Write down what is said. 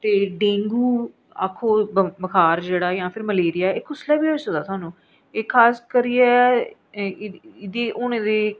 ते डेंगू आक्खो बुखार जेह्ड़ा मलेरिया एह् कुसलै बी होई सकदा एह् खास करियै एह्दे होने दे